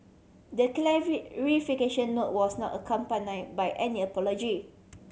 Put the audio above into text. the note was not accompany by any apology